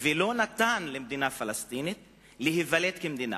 ולא נתן למדינה פלסטינית להיוולד כמדינה.